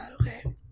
Okay